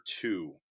two